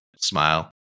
Smile